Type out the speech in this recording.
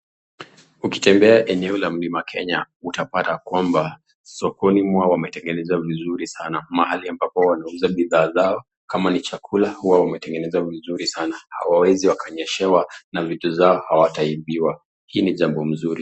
Ukitembea eneo la mlima kenya, utapata kwamba, sokoni mwao wametengeneza vizuri saanaa mahali ambapo wanauza bidhaa zao. Kama ni chakula, huwa wametengeneza vizuri sanaa au hawawezi wakanyeshewa na vitu zao hawataibiwa. Hii ni jambo mzuri.